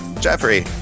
Jeffrey